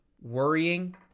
worrying